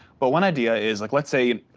but one idea is like let's say,